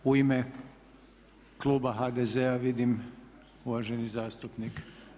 U ime kluba HDZ-a vidim uvaženi zastupnik.